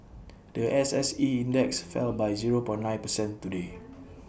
The S S E index fell by zero point nine percent today